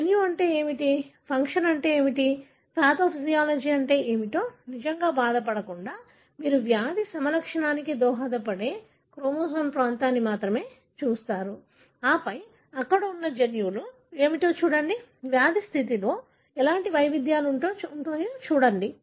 జన్యువు అంటే ఏమిటి ఫంక్షన్ ఏమిటి పాథోఫిజియాలజీ అంటే ఏమిటో నిజంగా బాధపడకుండా మీరు వ్యాధి సమలక్షణానికి దోహదపడే క్రోమోజోమ్ ప్రాంతాన్ని మాత్రమే చూస్తారు ఆపై అక్కడ ఉన్న జన్యువులు ఏమిటో చూడండి వ్యాధి స్థితిలో ఎలాంటి వైవిధ్యాలు ఉంటాయో చూడండి